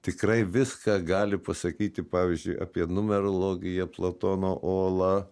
tikrai viską gali pasakyti pavyzdžiui apie numerologiją platono ola